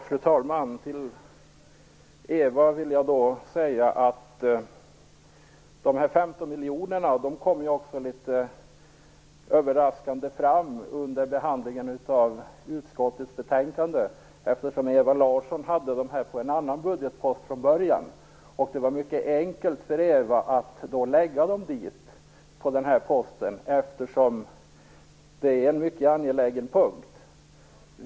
Fru talman! Ewa Persson! De här 15 miljonerna kom ju fram litet överraskande under behandlingen av utskottets betänkande, eftersom Ewa Larsson hade dem på en annan budgetpost från början. Det var alltså mycket enkelt för henne att lägga dem på den här posten eftersom det är en mycket angelägen punkt.